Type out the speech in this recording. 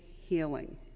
healing